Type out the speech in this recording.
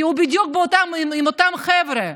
כי הוא בדיוק עם אותם חבר'ה,